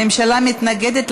הממשלה מתנגדת,